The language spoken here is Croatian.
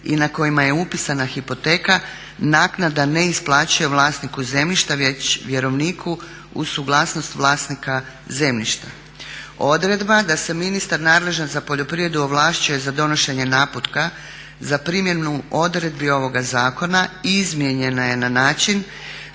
i na kojima je upisana hipoteka naknada ne isplaćuje vlasniku zemljišta već vjerovniku uz suglasnost vlasnika zemljišta. Odredba da se ministar nadležan za poljoprivredu ovlašćuje za donošenje naputka za primjenu odredbi ovoga zakona izmijenjena je na način